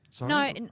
No